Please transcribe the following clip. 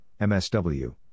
MSW